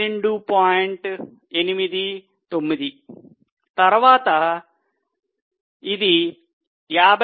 89 తరువాత 53